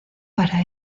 para